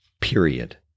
period